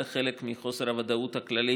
זה חלק מחוסר הוודאות הכללי